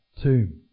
tomb